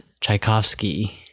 Tchaikovsky